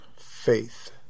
faith